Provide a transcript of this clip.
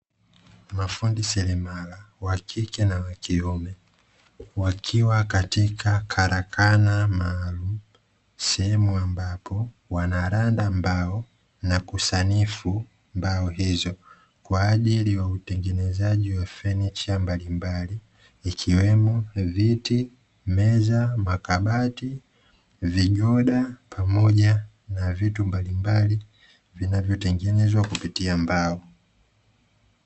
Mafundi seremala wa kike na kiume, wakiwa katika karakana na sehemu ambapo wanaranda mbao na kusanifu mbao hizo kwa ajili ya utengenezaji wa fenicha mbalimbali ikiwemo ni viti, meza, makabati, vigoda pamoja na vitu mbalimbali vinavyotengenezwa kupitia mbao.